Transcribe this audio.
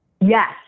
Yes